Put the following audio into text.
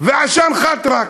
ועשאן חאטרכ,